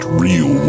real